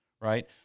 Right